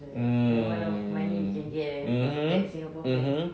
mm mmhmm mmhmm